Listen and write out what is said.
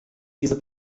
dieser